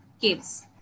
caves